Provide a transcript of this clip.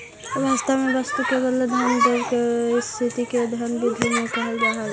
व्यवस्था में वस्तु के बदले धन देवे के स्थिति के धन विधि में कहल जा हई